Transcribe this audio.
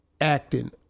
acting